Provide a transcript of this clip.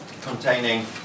containing